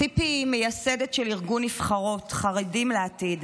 ציפי היא מייסדת ארגון "נבחרות חרדים לעתיד"